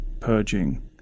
purging